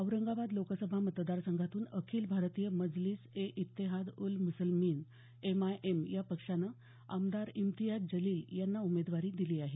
औरंगाबाद लोकसभा मतदारसंघातून अखिल भारतीय मजलिस ए इत्तेहाद उल् मुस्लिमीन एमआयएम या पक्षानं आमदार इम्तियाज जलील यांना उमेदवारी दिली आहे